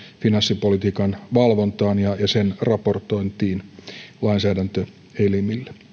finanssipolitiikan valvontaan ja sen raportointiin lainsäädäntöelimille